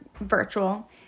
virtual